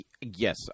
Yes